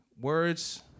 Words